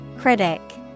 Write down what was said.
Critic